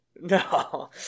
No